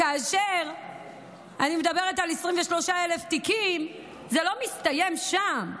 כאשר אני מדברת על 23,000 תיקים, זה לא מסתיים שם.